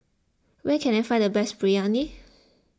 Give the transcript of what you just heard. where can I find the best Biryani